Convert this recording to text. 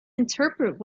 interpret